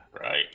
right